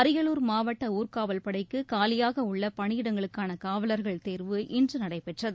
அரியலூர் மாவட்ட ஊர்க்காவல் படைக்கு காலியாக உள்ள பணியிடங்களுக்கான காவல்கள் தேர்வு இன்று நடைபெற்றது